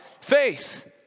faith